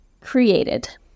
created